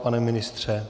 Pane ministře?